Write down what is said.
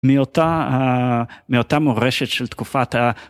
מאותה, מאותה מורשת של תקופת ה...